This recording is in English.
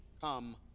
Come